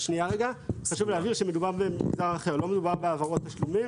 לא מדובר בהעברות תשלומים